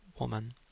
woman